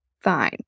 fine